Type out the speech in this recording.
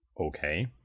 Okay